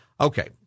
Okay